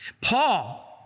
Paul